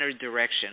direction